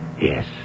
Yes